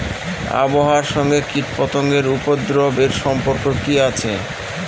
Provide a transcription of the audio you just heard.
আবহাওয়ার সঙ্গে কীটপতঙ্গের উপদ্রব এর সম্পর্ক কি আছে?